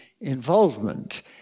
involvement